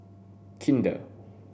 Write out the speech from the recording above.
kinder